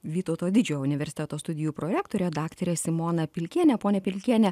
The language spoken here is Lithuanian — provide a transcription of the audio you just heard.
vytauto didžiojo universiteto studijų prorektorę daktarę simoną pilkienę ponia pilkiene